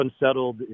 unsettled